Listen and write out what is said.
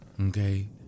Okay